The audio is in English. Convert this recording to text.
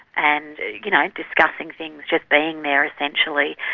and you know discussing things, just being there essentially.